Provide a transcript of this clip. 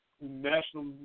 national